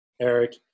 Eric